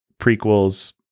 prequels